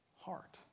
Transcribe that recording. heart